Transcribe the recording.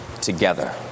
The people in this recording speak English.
together